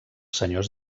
senyors